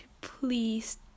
please